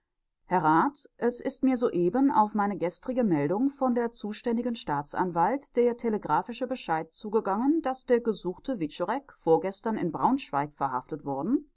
herr rat es ist mir soeben auf meine gestrige meldung von der zuständigen staatsanwaltschaft der telegraphische bescheid zugegangen daß der gesuchte wiczorek vorgestern in braunschweig verhaftet worden